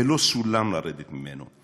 ולא סולם לרדת ממנו.